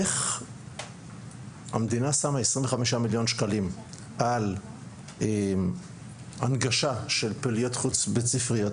איך המדינה שמה 25 מיליון שקלים על הנגשה של פעילויות חוץ בית ספריות,